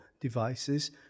devices